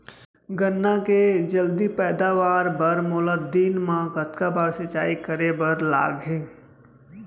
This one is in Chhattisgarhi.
गन्ना के जलदी पैदावार बर, मोला दिन मा कतका बार सिंचाई करे बर लागही?